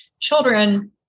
children